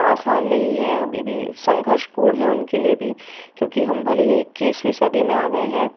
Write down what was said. आसान नहीं है अभी भी संघर्षपूर्ण है उनके लिए भी क्योंकि हम भले ही इक्कीसवीं सदी में आ गए हैं